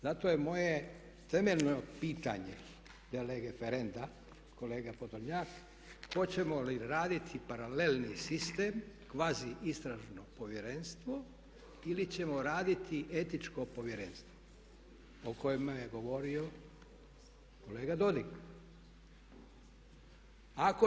Zato je moje temeljno pitanje de lege ferenda kolega Podolnjak hoćemo li raditi paralelni sistem kvazi istražno povjerenstvo ili ćemo raditi etičko povjerenstvo o kojemu je govorio kolega Dodig.